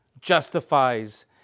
justifies